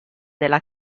della